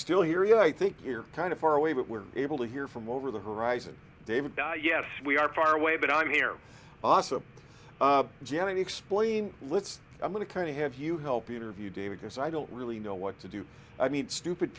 still hear you i think you're kind of far away but we're able to hear from over the horizon david yes we are far away but i'm here also janet explain let's i'm going to kind of have you help interview day because i don't really know what to do i mean stupid